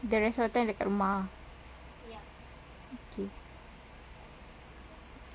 the rest of the time dekat rumah ah okay